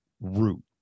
root